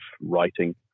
writing